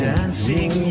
Dancing